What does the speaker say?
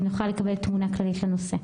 שנוכל לקבל תמונה כללית של הנושא.